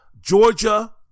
georgia